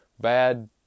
bad